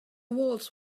walls